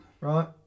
Right